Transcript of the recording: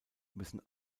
müssen